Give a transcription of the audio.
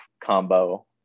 combo